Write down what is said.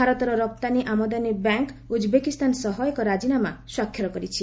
ଭାରତର ରପ୍ତାନୀ ଆମଦାନୀ ବ୍ୟାଙ୍କ ଉଜ୍ବେକିସ୍ଥାନ ସହ ଏକ ରାଜିନାମା ସ୍ୱାକ୍ଷର କରିଛି